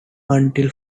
until